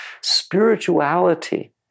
Spirituality